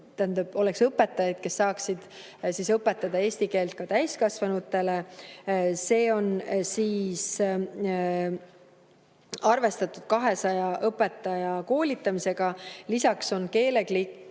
oleks õpetajaid, kes saaksid õpetada eesti keelt ka täiskasvanutele. On arvestatud 200 õpetaja koolitamisega, lisaks on keelekliki